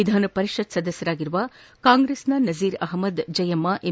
ವಿಧಾನಪರಿಷತ್ ಸದಸ್ಯರಾಗಿರುವ ಕಾಂಗ್ರೆಸ್ನ ನಜೀರ್ ಅಷ್ಟದ್ ಜಯಮ್ಯ ಎಂ